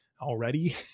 already